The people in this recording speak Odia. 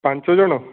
ପାଞ୍ଚଜଣ